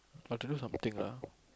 have to do something lah